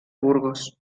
burgos